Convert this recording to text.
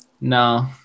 no